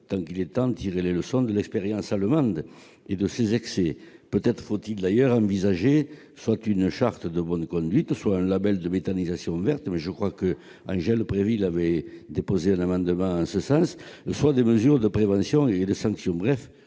tant qu'il en est temps, tirons les leçons de l'expérience allemande et de ses excès. Peut-être faut-il envisager soit une charte de bonne conduite, soit un label de « méthanisation verte »- Angèle Préville avait déposé un amendement à cette fin -, soit des mesures de prévention et un régime de sanctions.